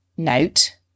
note